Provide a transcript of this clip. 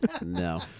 No